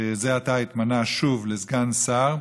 שזה עתה התמנה שוב לסגן שר,